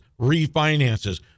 refinances